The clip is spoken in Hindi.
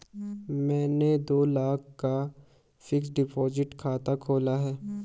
मैंने दो लाख का फ़िक्स्ड डिपॉज़िट खाता खोला